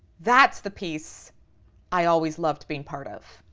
that's the piece i always loved being part of.